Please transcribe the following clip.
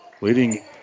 leading